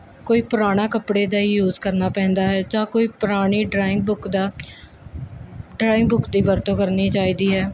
ਕੋਈ ਪੁਰਾਣਾ ਕੱਪੜੇ ਦਾ ਯੂਜ ਕਰਨਾ ਪੈਂਦਾ ਹੈ ਜਾਂ ਕੋਈ ਪੁਰਾਣੀ ਡਰਾਇੰਗ ਬੁੱਕ ਦਾ ਡਰਾਇੰਗ ਬੁੱਕ ਦੀ ਵਰਤੋਂ ਕਰਨੀ ਚਾਹੀਦੀ ਹੈ